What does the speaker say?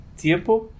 tiempo